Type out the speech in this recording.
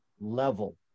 level